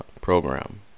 program